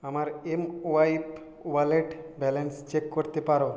আমার এমওয়াইপ wallet balance check করতে পার